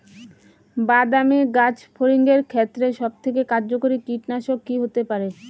বাদামী গাছফড়িঙের ক্ষেত্রে সবথেকে কার্যকরী কীটনাশক কি হতে পারে?